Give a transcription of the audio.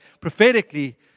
prophetically